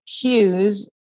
cues